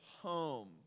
home